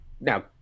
now